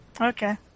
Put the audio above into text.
Okay